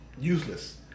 useless